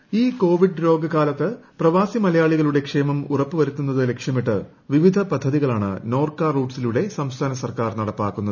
നോർക്ക ഇൻട്രോ ഈ കോവിഡ് രോഗ കാലത്ത് പ്രപ്പിസി മലയാളികളുടെ ക്ഷേമം ഉറപ്പൂവരുത്തുന്നത് ലക്ഷ്യമിട്ട് വീവിധ പദ്ധതികളാണ് നോർക്ക റൂട്ട്സിലൂടെ സംസ്ഥാന സർക്കാർ നടപ്പാക്കുന്നത്